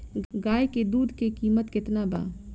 गाय के दूध के कीमत केतना बा?